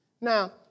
Now